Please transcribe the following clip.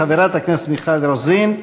חברת הכנסת מיכל רוזין,